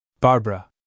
Barbara